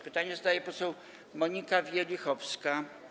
Pytanie zadaje poseł Monika Wielichowska.